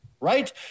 Right